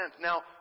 Now